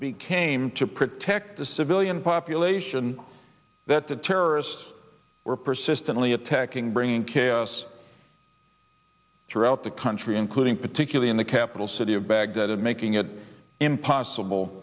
became to protect the civilian population that the terrorists were persistently attacking bringing chaos throughout the country including particularly in the capital city of baghdad making it impossible